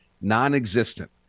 non-existent